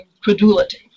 credulity